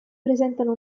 presentano